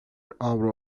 avro